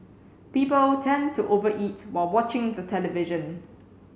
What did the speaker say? people tend to over eat while watching the television